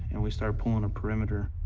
and we start pulling a perimeter.